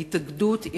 ההתאגדות,